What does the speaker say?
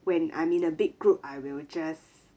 when I'm in a big group I will just